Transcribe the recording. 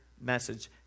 message